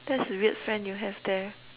that's a weird friend you have there